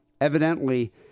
Evidently